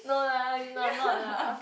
no lah you are not lah